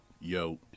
Yo